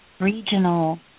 regional